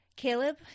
Caleb